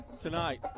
tonight